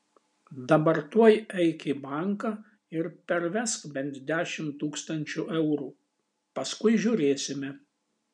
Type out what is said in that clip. dabar tuoj eik į banką ir pervesk bent dešimt tūkstančių eurų paskui žiūrėsime